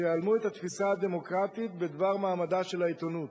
שיהלמו את התפיסה הדמוקרטית בדבר מעמדה של העיתונות.